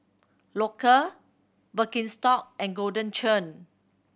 Loacker Birkenstock and Golden Churn